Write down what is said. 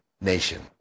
nation